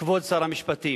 כבוד שר המשפטים,